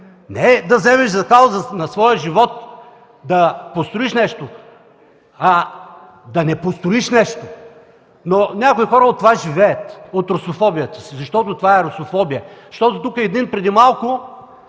Не да вземеш за кауза на своя живот да построиш нещо, а да не построиш! Някои хора от това живеят – от русофобията си, защото това е русофобия. Защото тук един в скоро